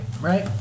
right